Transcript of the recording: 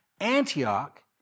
Antioch